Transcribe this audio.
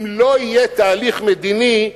אם לא יהיה תהליך מדיני,